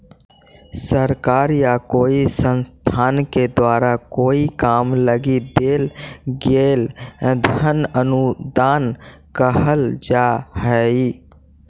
सरकार या कोई संस्थान के द्वारा कोई काम लगी देल गेल धन अनुदान कहल जा हई